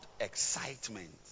excitement